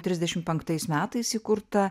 trisdešim penktais metais įkurta